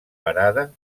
parada